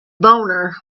boner